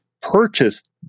purchased